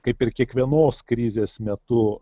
kaip ir kiekvienos krizės metu